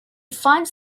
finds